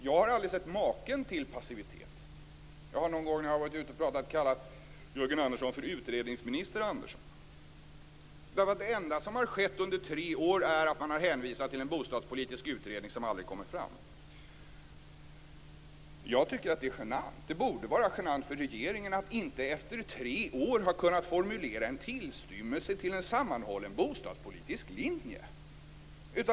Jag har aldrig sett maken till passivitet. Jag har någon gång när jag har varit ute och pratat kallat Jörgen Andersson för utredningsminister Andersson. Det enda som har skett under tre år är att man har hänvisat till en bostadspolitisk utredning som aldrig kommer. Jag tycker att det är genant. Det borde vara genant för regeringen att efter tre år inte ha kunnat formulera en tillstymmelse till en sammanhållen bostadspolitisk linje.